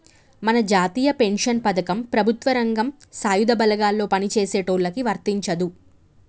మన జాతీయ పెన్షన్ పథకం ప్రభుత్వ రంగం సాయుధ బలగాల్లో పని చేసేటోళ్ళకి వర్తించదు